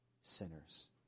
sinners